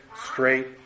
straight